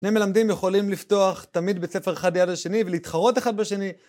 שני מלמדים יכולים לפתוח תמיד בית ספר אחד ליד השני ולהתחרות אחד בשני.